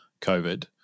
COVID